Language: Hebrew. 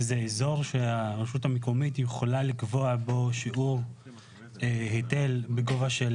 זה אזור שהרשות המקומית יכולה לקבוע בו שיעור היטל בגובה של